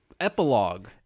epilogue